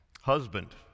Husband